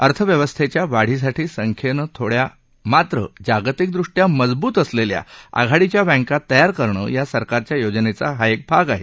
अर्थव्यवस्थेच्या वाढीसाठी संख्येनं थोडया मात्र जागतिकदृष्टया मजबूत असलेल्या आघाडीच्या बँका तयार करणं या सरकारच्या योजनेचा हा एक भाग आहे